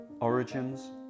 Origins